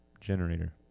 generator